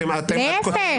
להיפך.